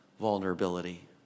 vulnerability